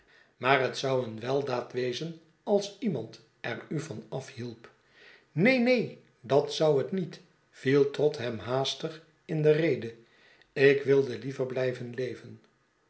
maar het zou eene weldaad wezen als iemand er u van afhielp neen neen dat zou het niet viel trott hem haastig in de rede ik wmeweverbwjven leven